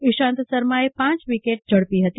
ઈશાંત શર્માએ પ વિકેટ ઝડપી હતી